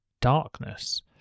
darkness